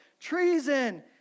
treason